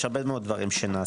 יש הרבה מאוד דברים שנעשים.